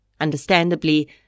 Understandably